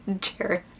cherish